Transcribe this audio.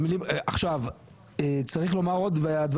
עכשיו צריך לומר עוד,